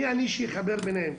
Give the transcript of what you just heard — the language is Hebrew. מי אני שאחבר ביניהן?